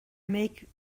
make